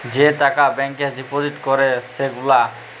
যে টাকা ব্যাংকে ডিপজিট ক্যরে সে গুলা